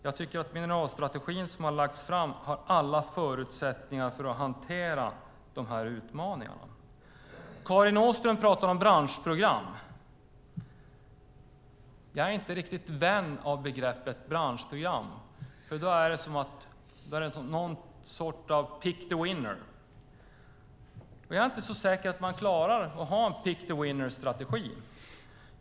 Jag tycker att den mineralstrategi som har lagts fram har alla förutsättningar att hantera de här utmaningarna. Karin Åström pratar om branschprogram. Jag är inte riktigt vän av begreppet branschprogram. Då är det som någon sorts pick the winner. Jag är inte så säker på att man klarar att ha en pick-the-winner-strategi.